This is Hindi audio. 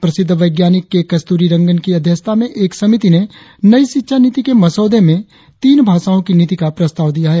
प्रसिद्ध वैज्ञानिक के कस्तूरीरंगन की अध्यक्षता में एक समिति ने नई शिक्षा नीति के मसौदे में तीन भाषाओ की नीति का प्रस्ताव किया है